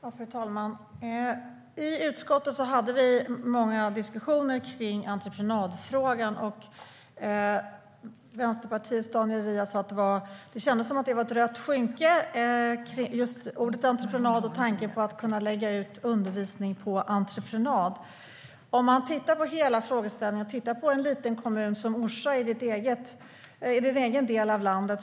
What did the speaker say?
Fru talman! I utskottet hade vi många diskussioner om entreprenadfrågan. Vänsterpartiets Daniel Riazat sa att det kändes som att det var ett rött skynke kring ordet entreprenad och tanken på att lägga ut undervisning på entreprenad. Man kan titta på hela frågeställningen och en liten kommun som Orsa i din egen del av landet.